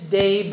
day